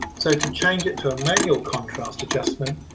so to change it to a manual contrast. adjustment.